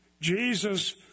jesus